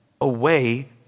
away